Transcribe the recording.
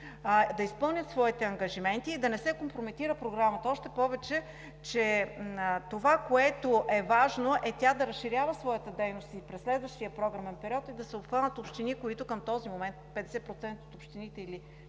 да изпълнят своите ангажименти и да не се компрометира Програмата. Още повече важното е тя да разширява своята дейност и през следващия програмен период, да се обхванат общини, които към този момент – 50% от тях или